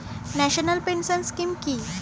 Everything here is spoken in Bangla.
ন্যাশনাল পেনশন স্কিম কি?